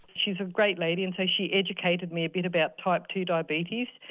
she's a great lady and so she educated me a bit about type two diabetes,